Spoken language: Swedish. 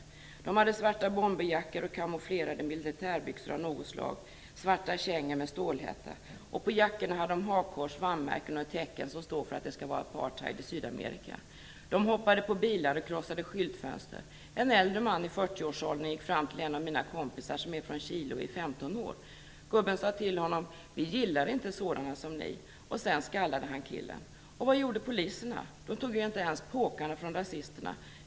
De hade svarta bomberjackor, kamouflerade militärbyxor av något slag och svarta kängor med stålhätta. Och på jackorna hade de hakkors, VAM-märken och ett tecken som står för att det skall vara apartheid i Sydamerika. De hoppade på bilar och krossade skyltfönster. En äldre man i 40-årsåldern gick fram till en av mina kompisar som är 15 år och från Chile. Gubben sade till honom: Vi gillar inte sådana som ni. Och sedan skallade han killen. Och vad gjorde poliserna? De tog ju inte ens påkarna från rasisterna!